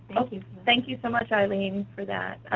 thank you so much, eileen, for that.